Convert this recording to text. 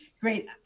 great